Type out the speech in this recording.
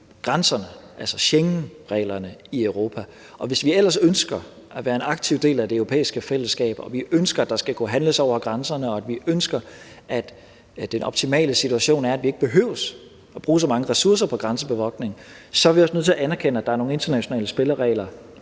grænserne i Europa, altså Schengenreglerne. Og hvis vi ellers ønsker at være en aktiv del af det europæiske fællesskab og vi ønsker, at der skal kunne handles over grænserne, og den optimale situation er, at vi ikke behøver at bruge så mange ressourcer på grænsebevogtning, så er vi også nødt til at anerkende, at der er nogle internationale spilleregler